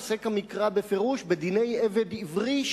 עוסק המקרא בפירוש בדיני עבד עברי,